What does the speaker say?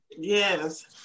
Yes